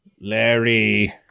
Larry